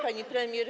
Pani Premier!